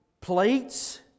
plates